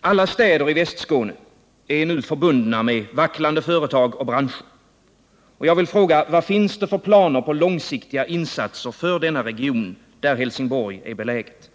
Alla städer i Västskåne är nu förbundna med vacklande företag och branscher. Vad finns det för planer på långsiktiga insatser för denna region, där Helsingborg är beläget?